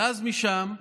ואז, משם,